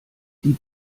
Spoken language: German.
die